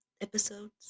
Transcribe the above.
episodes